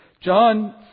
John